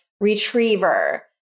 Retriever